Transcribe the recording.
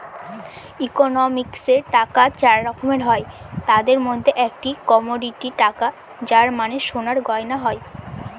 ইকোনমিক্সে টাকা চার রকমের হয় তাদের মধ্যে একটি কমোডিটি টাকা যার মানে সোনার গয়না হয়